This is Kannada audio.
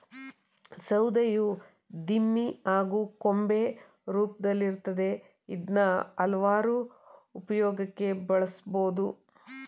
ಸೌಧೆಯು ದಿಮ್ಮಿ ಹಾಗೂ ಕೊಂಬೆ ರೂಪ್ದಲ್ಲಿರ್ತದೆ ಇದ್ನ ಹಲ್ವಾರು ಉಪ್ಯೋಗಕ್ಕೆ ಬಳುಸ್ಬೋದು